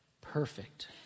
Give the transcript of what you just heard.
perfect